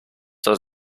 does